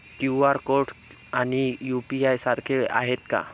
QR code आणि UPI सारखे आहेत का?